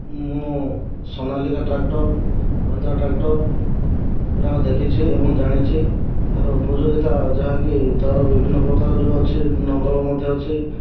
ମୁଁ Sonalika tractor Mahindra tractor ଏଗୁଡ଼ାକ ଦେଖିଛି ଏବଂ ଜାଣିଛି ଏହାର ଉପଯୋଗୀତା ଯାହାକି ତା'ର ବିଭିନ୍ନ ପ୍ରକାର ଯେଉଁ ଅଛି ଲଙ୍ଗଳ ମଧ୍ୟ ଅଛି